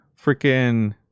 Freaking